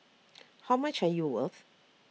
how much are you worth